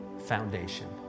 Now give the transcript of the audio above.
foundation